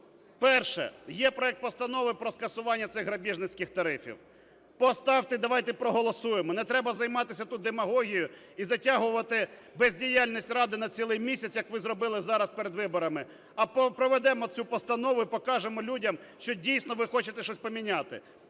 Перше. Є проект Постанови про скасування цих грабіжницьких тарифів. Поставте і давайте проголосуємо. Не треба займатися тут демагогією і затягувати бездіяльність Ради на цілий місяць, як ви зробили зараз перед виборами. А проведемо цю постанову і покажемо людям, що дійсно ви хочете щось поміняти.